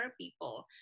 people